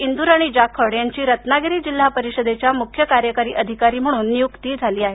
इंदूराणी जाखड यांची रत्नागिरी जिल्हा परिषदेच्या मुख्य कार्यकारी अधिकारी म्हणून नियुक्ती झाली आहे